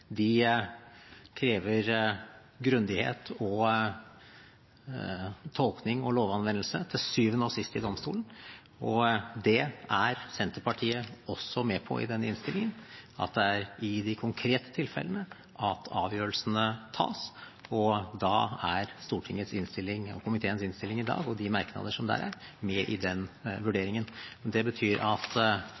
de konkrete enkelttilfellene disse vurderingene skal gjøres. Det krever grundighet, tolkning og lovanvendelse, til syvende og sist i domstolen. Senterpartiet er også med på i denne innstillingen at det er i de konkrete tilfellene avgjørelsene tas, og da er komiteens innstilling i dag og de merknadene som er der, med i den vurderingen. Det betyr at